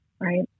right